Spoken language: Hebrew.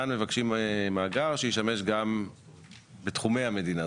כאן מבקשים מאגר שישמש גם בתחומי המדינה,